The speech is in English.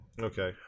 Okay